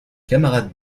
camarades